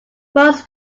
most